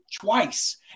twice